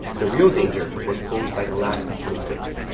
the real danger was posed by the last b twenty six.